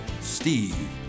Steve